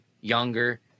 Younger